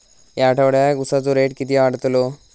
या आठवड्याक उसाचो रेट किती वाढतलो?